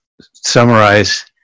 summarize